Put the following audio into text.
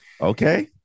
Okay